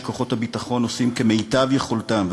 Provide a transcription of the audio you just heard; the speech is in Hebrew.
שכוחות הביטחון עושים כמיטב יכולתם,